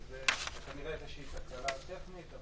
זאת כנראה תקלה טכנית,